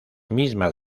mismas